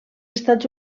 estats